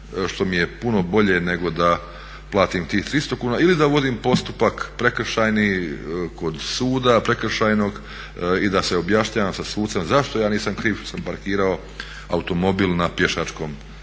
što mi je puno bolje nego da platim tih 300 kuna ili da vodim postupak prekršajni kod suda prekršajnog i da se objašnjavam sa sucem zašto ja nisam kriv što sam parkirao automobil na pješačkoj